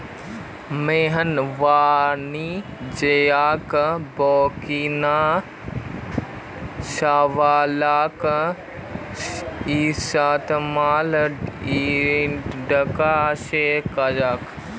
मोहन वाणिज्यिक बैंकिंग सेवालाक इस्तेमाल इंटरनेट से करछे